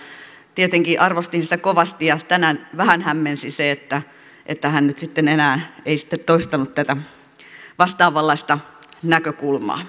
tietenkin arvostin sitä kovasti ja tänään vähän hämmensi se että hän nyt sitten enää ei toistanut tätä vastaavanlaista näkökulmaa